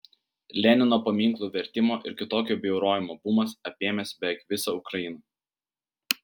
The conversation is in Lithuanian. lenino paminklų vertimo ir kitokio bjaurojimo bumas apėmęs beveik visą ukrainą